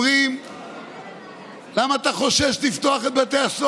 לכן אני אומר: לא נורבגי ולא בטיח.